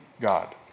God